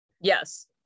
yes